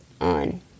on